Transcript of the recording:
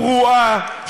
פרועה,